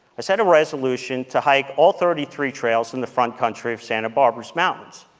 i set a resolution to hike all thirty three trails in the front country of santa barbara mountains.